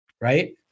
right